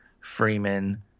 Freeman